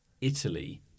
Italy